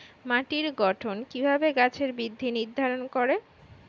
মাটির গঠন কিভাবে গাছের বৃদ্ধি নির্ধারণ করে?